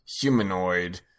humanoid